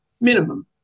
minimum